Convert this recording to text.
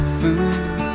food